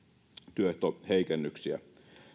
työehtoheikennyksiä